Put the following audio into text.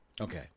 okay